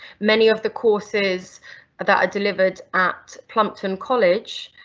many of the courses that are delivered at plumpton college,